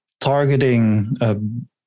targeting